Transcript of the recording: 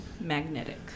magnetic